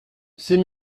c’est